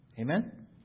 Amen